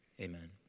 amen